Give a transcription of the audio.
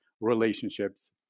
relationships